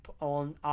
on